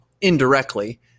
indirectly